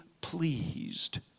pleased